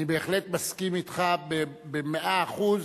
אני בהחלט מסכים אתך במאה אחוז